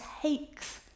takes